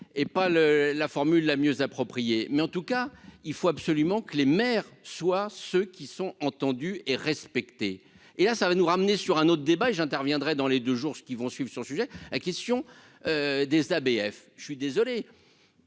et pas le la formule la mieux appropriée, mais en tout cas, il faut absolument que les maires soient ceux qui sont entendus et respectés et là, ça va nous ramener sur un autre débat et j'interviendrai dans les deux jours ceux qui vont suivre, sur le sujet, la question des ABF, je suis désolée,